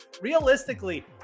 realistically